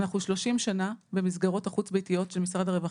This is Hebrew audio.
אנחנו 30 שנה במסגרות החוץ ביתיות של משרד הרווחה.